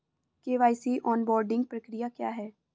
KYC onboarding प्रक्रिया क्या है?